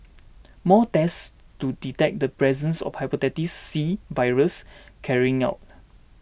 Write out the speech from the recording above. more tests to detect the presence of Hepatitis C virus carried out